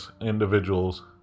individuals